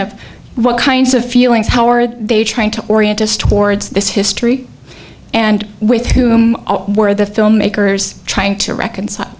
of what kinds of feelings how are they trying to orient us towards this history and with whom were the filmmakers trying to reconcile